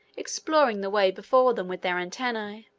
exploring the way before them with their antennae.